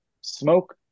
smoke